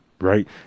Right